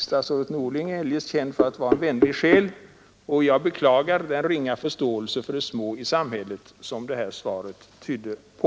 Statsrådet Norling är eljest känd för att vara en vänlig själ, och jag beklagar den ringa förståelse för de små i samhället som hans svar tydde på.